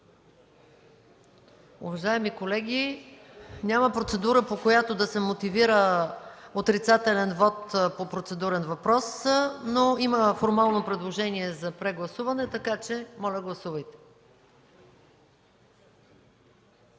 Уважаеми колеги, няма процедура, по която да се мотивира отрицателен вот по процедурен въпрос, но има формално предложение за прегласуване, така че моля, гласувайте.